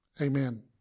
Amen